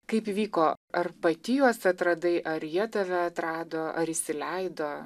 kaip įvyko ar pati juos atradai ar jie tave atrado ar įsileido